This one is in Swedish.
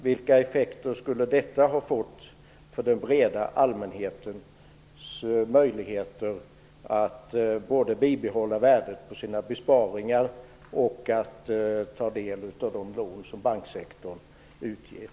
Vilka skulle effekterna ha blivit för den breda allmänhetens möjligheter att bibehålla värdet på besparingar och att ta del av de lån som banksektorn utger?